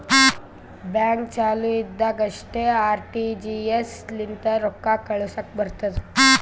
bank ಚಾಲು ಇದ್ದಾಗ್ ಅಷ್ಟೇ ಆರ್.ಟಿ.ಜಿ.ಎಸ್ ಲಿಂತ ರೊಕ್ಕಾ ಕಳುಸ್ಲಾಕ್ ಬರ್ತುದ್